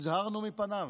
הזהרנו מפניהם.